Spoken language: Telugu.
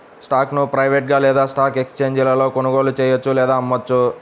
స్టాక్ను ప్రైవేట్గా లేదా స్టాక్ ఎక్స్ఛేంజీలలో కొనుగోలు చెయ్యొచ్చు లేదా అమ్మొచ్చు